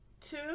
Two